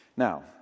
Now